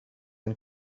and